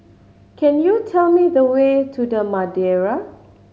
can you tell me the way to The Madeira